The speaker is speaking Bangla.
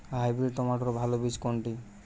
হাইব্রিড টমেটোর ভালো বীজ কোনটি?